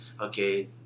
okay